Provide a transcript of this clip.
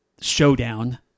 showdown